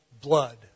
blood